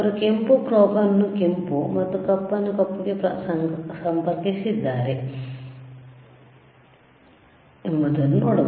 ಅವರು ಕೆಂಪು ಪ್ರೊಬ್ ನ್ನು ಕೆಂಪು ಮತ್ತು ಕಪ್ಪು ನ್ನು ಕಪ್ಪುಗೆ ಹೇಗೆ ಸಂಪರ್ಕಿಸುತ್ತಿದ್ದಾರೆ ಎಂಬುದನ್ನು ನೋಡಿ